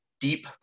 deep